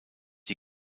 die